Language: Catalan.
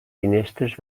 finestres